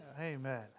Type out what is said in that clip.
Amen